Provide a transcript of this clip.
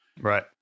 Right